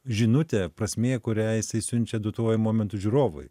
žinutė prasmė kurią jisai siunčia duotuoju momentu žiūrovui